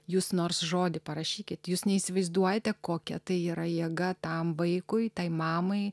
jūs nors žodį parašykit jūs neįsivaizduojate kokia tai yra jėga tam vaikui tai mamai